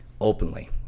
openly